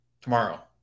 tomorrow